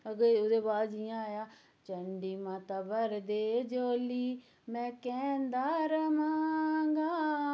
अग्गे उ'दे बाद जि'यां आया चंडी माता भर दे झोली मैं कैंह्दा रवां गा